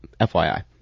FYI